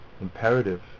imperative